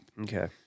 Okay